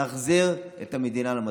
נחזיר את המדינה למסלול.